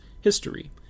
history